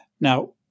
Now